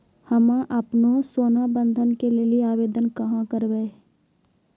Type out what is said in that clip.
हम्मे आपनौ सोना बंधन के लेली आवेदन कहाँ करवै?